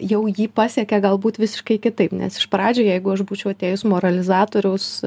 jau jį pasiekė galbūt visiškai kitaip nes iš pradžių jeigu aš būčiau atėjus moralizatoriaus